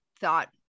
thought